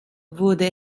wurde